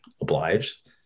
obliged